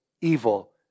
Evil